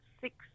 six